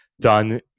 done